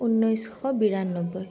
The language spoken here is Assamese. ঊনৈছশ বিৰান্নব্বৈ